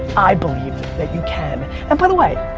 i believe that you can, and by the way,